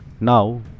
Now